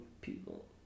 People